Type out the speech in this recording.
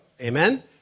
Amen